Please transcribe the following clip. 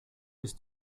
ist